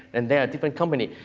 and they're a different company.